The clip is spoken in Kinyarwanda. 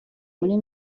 muri